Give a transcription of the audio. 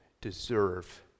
deserve